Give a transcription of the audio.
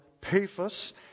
Paphos